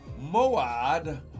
moad